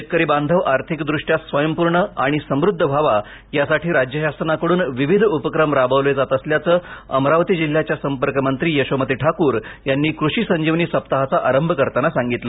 शेतकरी बांधव आर्थिकदृष्ट्या स्वयंपूर्ण आणि समृद्ध व्हावा यासाठी राज्य शासनाकडून विविध उपक्रम राबवले जात असल्याचं अमरावती जिल्ह्याच्या पालकमंत्री यशोमती ठाकूर यांनी कृषी संजीवनी सप्ताहाचा आरंभ करताना सांगितलं